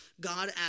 God